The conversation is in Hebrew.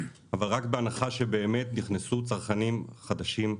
אבל רק בהנחה שבאמת יהיו צרכנים חדשים.